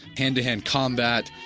hand to hand combat,